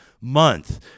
month